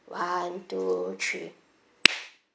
one two three